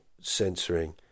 censoring